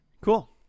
Cool